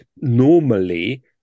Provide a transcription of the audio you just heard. Normally